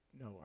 no